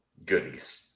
Goodies